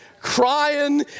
crying